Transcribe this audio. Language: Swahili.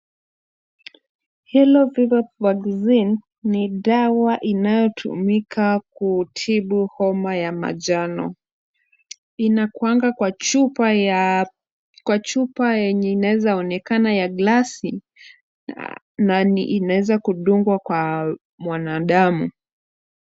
Yellow fever vaccine ni dawa inayotumika kutibu homa ya manjano. Inakuanga kwa chupa yenye inaezaonekana ya glasi na inaeza kudungwa kwa mwanadamu.